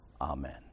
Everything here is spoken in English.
amen